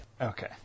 Okay